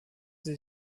sie